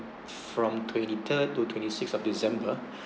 from twenty third to twenty sixth of december